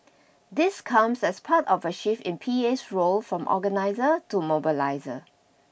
this comes as part of a shift in PA's role from organiser to mobiliser